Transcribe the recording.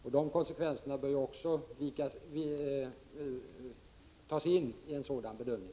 Också sådana konsekvenser bör beaktas vid bedömningen.